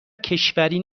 کشوری